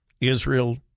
Israel